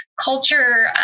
culture